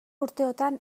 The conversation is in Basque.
urteotan